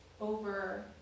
over